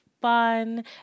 fun